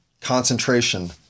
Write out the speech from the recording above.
concentration